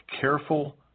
careful